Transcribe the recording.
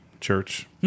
church